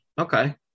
okay